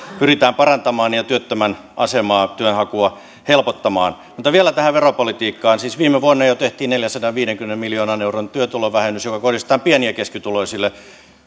pyritään parantamaan ja työttömän asemaa työnhakua helpottamaan mutta vielä tähän veropolitiikkaan siis jo viime vuonna tehtiin neljänsadanviidenkymmenen miljoonan euron työtulovähennys joka kohdistetaan pieni ja keskituloisille